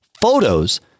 Photos